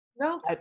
no